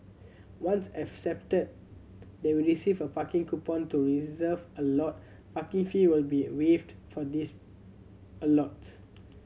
once accepted they will receive a parking coupon to reserve a lot Parking fees will be waived for these a lots